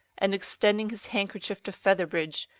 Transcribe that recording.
and extending his handkerchief to featherbridge,